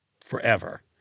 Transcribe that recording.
forever